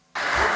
Hvala.